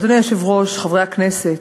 אדוני היושב-ראש, חברי הכנסת,